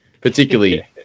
particularly